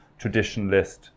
traditionalist